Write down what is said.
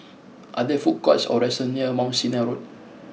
are there food courts or restaurants near Mount Sinai Road